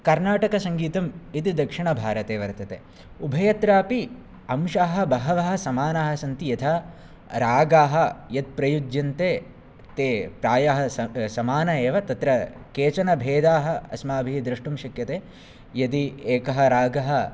कर्नाटकसङ्गीतम् इति दक्षिणभारते वर्तते उभयत्रापि अंशाः बहवः समानाः सन्ति यथा रागाः यत् प्रयुज्यन्ते ते प्रायः समानाः एव तत्र केचन भेदाः अस्माभिः द्रष्टुं शक्यते यदि एकः रागः